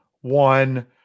one